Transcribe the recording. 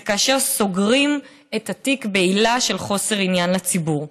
זה כאשר סוגרים את התיק בעילה של חוסר עניין לציבור.